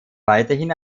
weiterhin